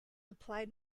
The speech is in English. applied